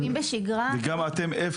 אירועים בשגרה הם לא משהו